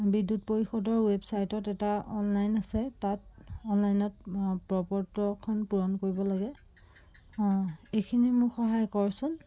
বিদ্যুৎ পৰিষদৰ ৱেবছাইটত এটা অনলাইন আছে তাত অনলাইনত প পত্ৰখন পূৰণ কৰিব লাগে অঁ এইখিনি মোক সহায় কৰচোন